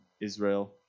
Israel